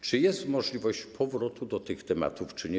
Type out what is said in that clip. Czy jest możliwość powrotu do tych tematów, czy nie?